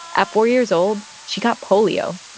at four years old, she got polio.